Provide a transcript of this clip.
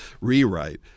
rewrite